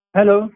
Hello